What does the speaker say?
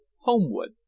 Homewood